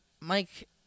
Mike